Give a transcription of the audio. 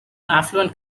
affluent